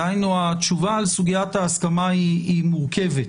דהיינו, התשובה על סוגיית ההסכמה היא מורכבת.